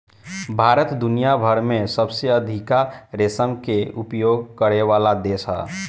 भारत दुनिया भर में सबसे अधिका रेशम के उपयोग करेवाला देश ह